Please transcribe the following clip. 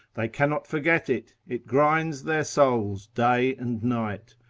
they cannot forget it, it grinds their souls day and night,